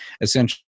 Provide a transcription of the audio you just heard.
essentially